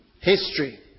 History